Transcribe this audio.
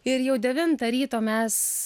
ir jau devintą ryto mes